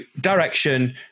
direction